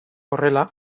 horrela